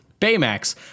Baymax